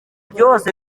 byose